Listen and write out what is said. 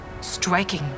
Striking